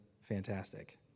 fantastic